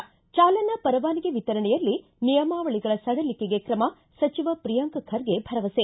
ಿಂ ಚಾಲನಾ ಪರವಾನಗಿ ವಿತರಣೆಯಲ್ಲಿ ನಿಯಮಾವಳಗಳ ಸಡಿಲಿಕೆಗೆ ಕ್ರಮ ಸಚಿವ ಪ್ರಿಯಾಂಕ್ ಖರ್ಗೆ ಭರವಸೆ